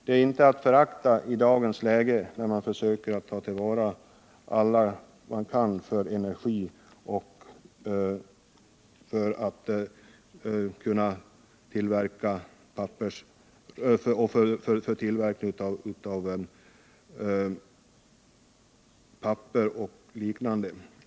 Det är inte att förakta i dagens läge när man försöker ta till vara allt man kan i skogen för omvandling till energi och för tillverkning av exempelvis papper.